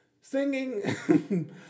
Singing